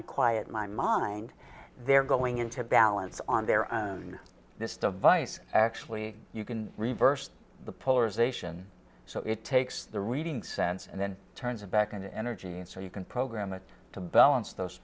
i quiet my mind they're going into balance on their own this device actually you can reverse the polarization so it takes the reading sense and then turns it back into energy so you can program it to balance those